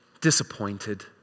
disappointed